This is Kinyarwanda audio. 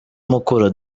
mukura